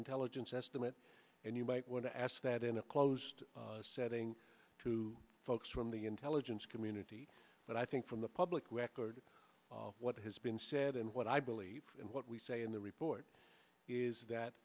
intelligence estimate and you want to ask that in a closed setting to folks from the intelligence community but i think from the public record what has been said and what i believe and what we say in the report is that